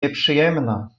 nieprzyjemna